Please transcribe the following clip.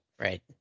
right